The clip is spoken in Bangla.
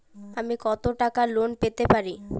আমি কত টাকা লোন পেতে পারি?